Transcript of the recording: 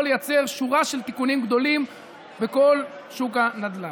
לייצא שורה של תיקונים גדולים בכל שוק הנדל"ן.